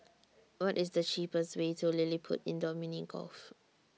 What IS The cheapest Way to LilliPutt Indoor Mini Golf